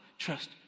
Trust